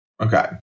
Okay